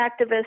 activists